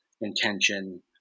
intention